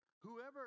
Whoever